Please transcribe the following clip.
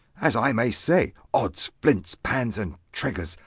as i may say odds flints, pans, and triggers!